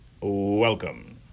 welcome